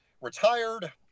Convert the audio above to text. retired